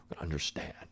Understand